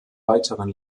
weiteren